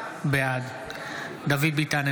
בעד דוד ביטן,